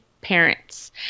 Parents